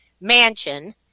mansion